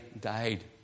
died